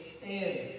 stand